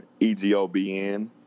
EGOBN